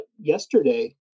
yesterday